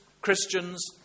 Christians